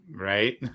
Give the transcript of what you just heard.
Right